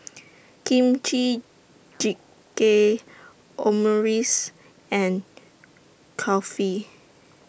Kimchi Jjigae Omurice and Kulfi